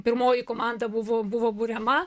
pirmoji komanda buvo buvo buriama